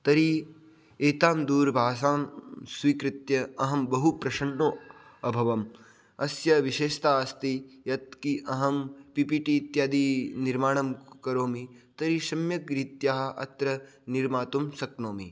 तर्हि एतां दूरभाषां स्वीकृत्य अहं बहुप्रसन्नः अभवम् अस्य विशेषता अस्ति यत् कि अहं पी पी टी इत्यादि निर्माणं करोमि तर्हि सम्यग्रीत्या अत्र निर्मातुं शक्नोमि